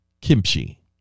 kimchi